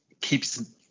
keeps